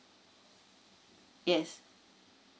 yes